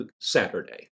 Saturday